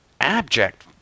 abject